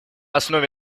основе